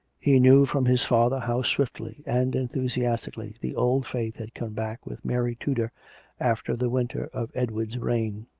he knew from his father how swiftly and enthusiastically the old faith had come back with mary tudor after the winter of edward's reign.